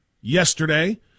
yesterday